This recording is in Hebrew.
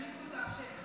שיחליפו את השלט.